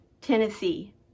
Tennessee